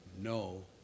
no